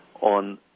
on